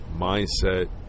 mindset